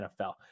NFL